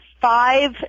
five